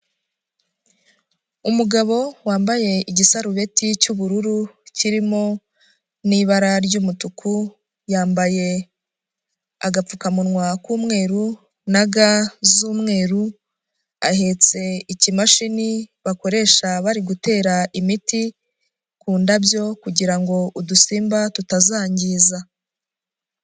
Umugabo wambaye igisarubeti cy'ubururu kirimo n'ibara ry'umutuku, yambaye agapfukamunwa k'umweru na ga z'umweru, ahetse ikimashini bakoresha bari gutera imiti ku ndabyo kugira ngo udusimba tutazangiza.